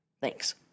Thanks